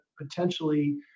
potentially